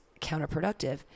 counterproductive